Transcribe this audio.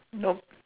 nope